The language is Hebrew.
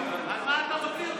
על מה אתה מוציא אותנו?